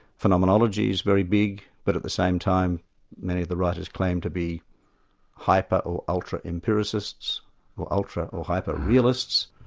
phenomenonology is very big, but at the same time many of the writers claim to be hyper or ultra empiricists or ultra or hyper realists.